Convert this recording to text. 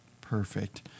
Perfect